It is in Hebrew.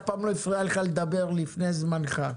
אף פעם לא הפריע לך לדבר לפני זמנך,